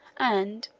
and,